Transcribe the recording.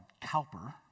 Cowper